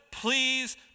Please